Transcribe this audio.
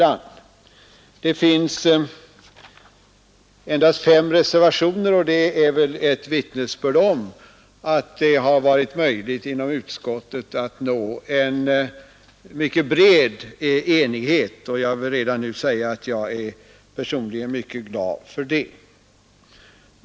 Men det finns endast fem reservationer, och det är väl ett vittnesbörd om att det har varit möjligt inom utskottet att nå en mycket bred enighet. Jag vill redan nu säga att jag personligen är mycket glad för det.